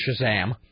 Shazam